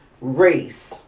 Race